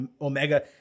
Omega